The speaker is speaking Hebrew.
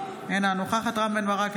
אינה נוכחת רם בן ברק,